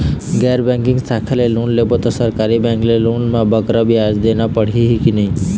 गैर बैंकिंग शाखा ले लोन लेबो ता सरकारी बैंक के लोन ले बगरा ब्याज देना पड़ही ही कि नहीं?